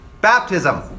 Baptism